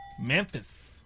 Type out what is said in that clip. Memphis